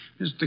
Mr